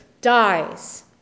dies